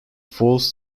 falls